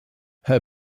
her